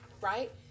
Right